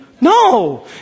No